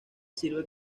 sirve